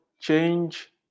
change